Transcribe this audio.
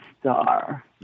star